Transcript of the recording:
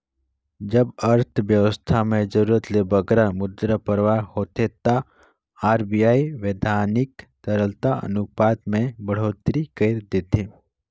जब अर्थबेवस्था में जरूरत ले बगरा मुद्रा परवाह होथे ता आर.बी.आई बैधानिक तरलता अनुपात में बड़होत्तरी कइर देथे